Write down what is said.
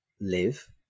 live